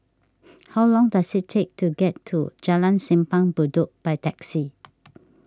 how long does it take to get to Jalan Simpang Bedok by taxi